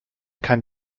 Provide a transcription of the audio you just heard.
kein